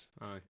Aye